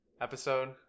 episode